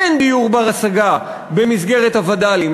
אין דיור בר-השגה במסגרת הווד"לים,